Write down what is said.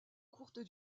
courte